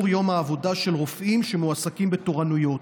של יום העבודה של רופאים שמועסקים בתורנויות.